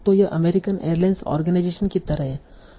तो यह American Airlines organisation की तरह है